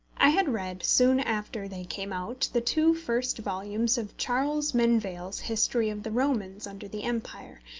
i had read, soon after they came out, the two first volumes of charles merivale's history of the romans under the empire,